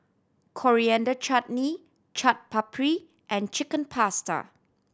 Coriander Chutney Chaat Papri and Chicken Pasta